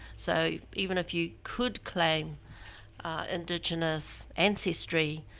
so even if you could claim indigenous ancestry,